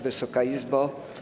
Wysoka Izbo!